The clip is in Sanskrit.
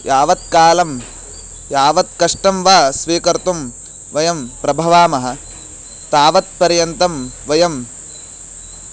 यावत् कालं यावत् कष्टं वा स्वीकर्तुं वयं प्रभवामः तावत्पर्यन्तं वयं